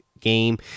game